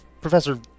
professor